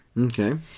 Okay